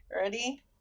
Ready